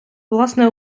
власне